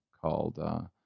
called